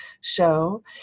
show